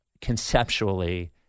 conceptually